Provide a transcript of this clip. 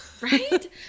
right